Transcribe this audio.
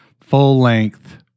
full-length